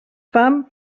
fam